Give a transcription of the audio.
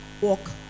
walk